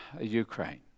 Ukraine